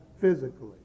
physically